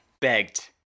Begged